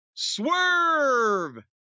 swerve